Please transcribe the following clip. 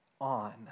on